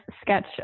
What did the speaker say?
sketch